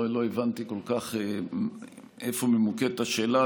לא הבנתי כל כך איפה ממוקדת השאלה,